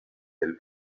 del